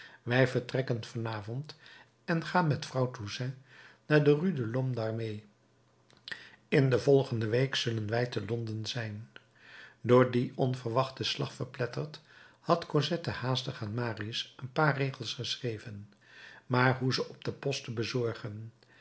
wij vertrekken van avond en gaan met vrouw toussaint naar de rue de lhomme armé in de volgende week zullen wij te londen zijn door dien onverwachten slag verpletterd had cosette haastig aan marius een paar regels geschreven maar hoe ze op de post te bezorgen